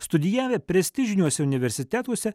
studijavę prestižiniuose universitetuose